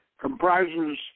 comprises